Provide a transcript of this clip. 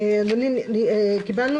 קיבלנו